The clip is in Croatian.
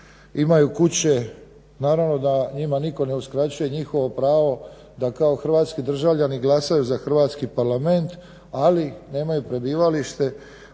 imaju kuće, naravno da njima nitko ne uskraćuje njihovo pravo da kao hrvatski državljani glasaju za Hrvatski parlament ali nemaju prebivalište